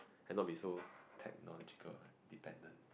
and not be so technological dependent